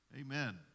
Amen